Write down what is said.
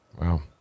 Wow